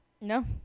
No